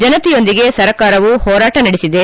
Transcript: ಜನತೆಯೊಂದಿಗೆ ಸರ್ಕಾರವು ಹೋರಾಟ ನಡೆಸಿದೆ